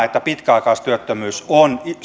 että pitkäaikaistyöttömyys on